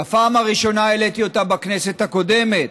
בפעם הראשונה העליתי אותה בכנסת הקודמת,